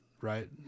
right